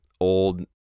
old